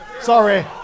Sorry